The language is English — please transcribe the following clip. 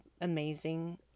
amazing